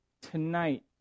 tonight